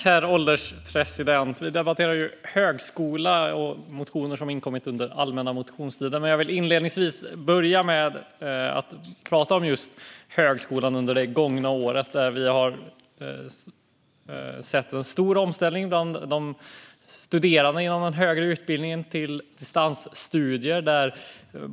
Herr ålderspresident! Vi debatterar högskolan och motioner som inkommit under den allmänna motionstiden. Jag vill inledningsvis prata om högskolan under det gångna året, då vi har sett en stor omställning till distansstudier bland de studerande inom den högre utbildningen.